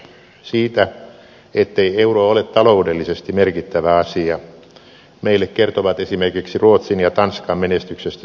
siitä ettei euro ole taloudellisesti merkittävä asia meille kertovat esimerkiksi ruotsin ja tanskan menestyksestä saadut kokemukset